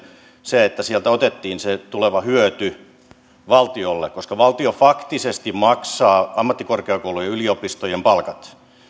se että kiky sopimuksesta tuleva hyöty otettiin valtiolle koska valtio faktisesti maksaa ammattikorkeakoulujen ja yliopistojen palkat